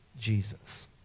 Jesus